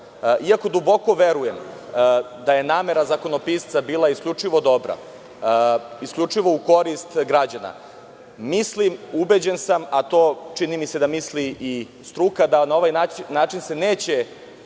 Iako duboko verujem da je namera zakonopisca bila isključivo dobra, isključivo u korist građana, mislim, ubeđen sam, a to čini mi se da misli i struka, da se na ovaj način neće